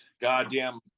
Goddamn